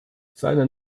seine